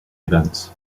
events